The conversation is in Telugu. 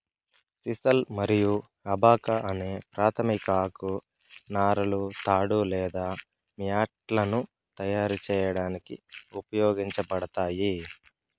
సిసల్ మరియు అబాకా అనే ప్రాధమిక ఆకు నారలు తాడు లేదా మ్యాట్లను తయారు చేయడానికి ఉపయోగించబడతాయి